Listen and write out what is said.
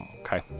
okay